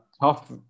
tough